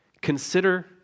consider